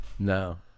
no